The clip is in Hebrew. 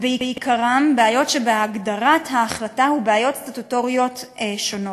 ובעיקר בעיות שבהגדרת ההחלטה ובעיות סטטוטוריות שונות.